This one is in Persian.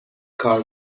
کار